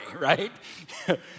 Right